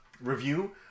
review